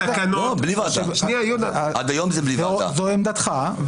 עד היום זה בלי ועדה.